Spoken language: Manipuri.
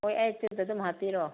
ꯑꯩꯠ ꯁꯤꯛꯁꯇ ꯑꯗꯨꯝ ꯍꯥꯞꯄꯤꯔꯣ